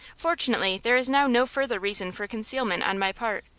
fortunately, there is now no further reason for concealment on my part,